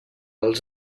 els